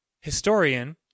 historian